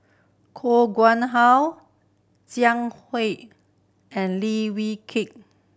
Koh Nguang How Jiang and Li Wee